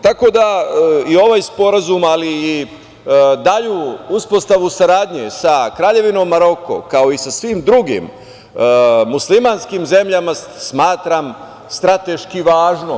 Tako da i ovaj sporazum, ali i dalju uspostavu saradnje sa Kraljevinom Maroko, kao i sa svim drugim muslimanskim zemljama, smatram strateški važnim.